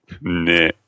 Nah